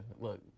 look